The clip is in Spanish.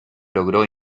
logró